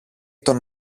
τον